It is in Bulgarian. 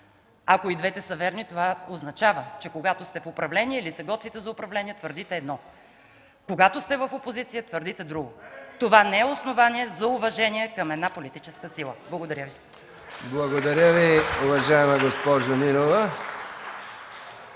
Ако и двете са верни, това означава, че когато сте в управление или се готвите за управление, твърдите едно, когато сте в опозиция – твърдите друго. Това не е основание за уважение към една политическа сила. Благодаря. ПРЕДСЕДАТЕЛ МИХАИЛ МИКОВ: Благодаря Ви, уважаема госпожо Нинова.